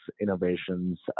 innovations